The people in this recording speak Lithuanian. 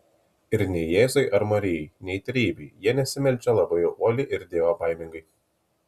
ir nei jėzui ar marijai nei trejybei jie nesimeldžia labai jau uoliai ir dievobaimingai